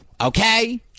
Okay